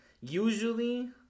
usually